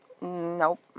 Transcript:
Nope